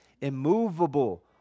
immovable